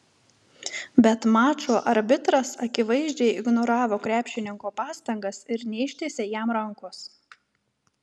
bet mačo arbitras akivaizdžiai ignoravo krepšininko pastangas ir neištiesė jam rankos